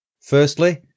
Firstly